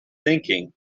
thinking